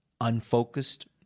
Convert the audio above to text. unfocused